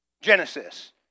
Genesis